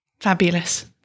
fabulous